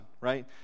right